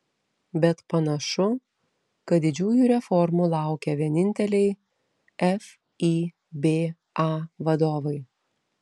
bet panašu kad didžiųjų reformų laukia vieninteliai fiba vadovai